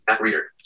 reader